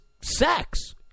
sex